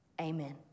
amen